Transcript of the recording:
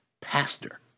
pastor